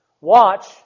Watch